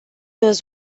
was